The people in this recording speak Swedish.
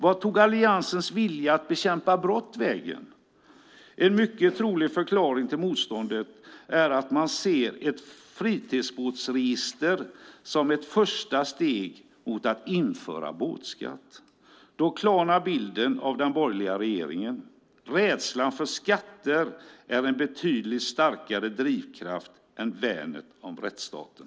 Vart tog alliansens vilja att bekämpa brott vägen? En mycket trolig förklaring till motståndet är att man ser ett fritidsbåtsregister som ett första steg mot att införa båtskatt. Då klarnar bilden av den borgerliga regeringen. Rädslan för skatter är en betydligt starkare drivkraft än värnet av rättsstaten.